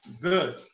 Good